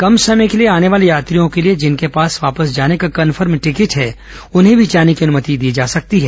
कम समय के लिए आने वाले यात्रियों के लिए जिनके पास वापस जाने का कंफर्म टिकट है उन्हें भी जाने की अनुमति दी जा सकती है